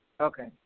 okay